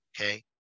okay